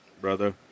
brother